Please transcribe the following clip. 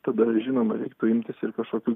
tada žinoma reiktų imtis ir kažkokių